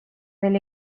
del